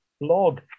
blog